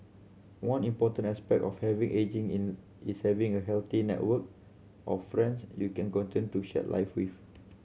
one important aspect of heavy ageing in is having a healthy network of friends you can continue to share life with